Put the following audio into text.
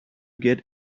get